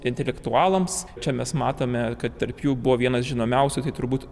intelektualams čia mes matome kad tarp jų buvo vienas žinomiausių tai turbūt